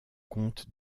compte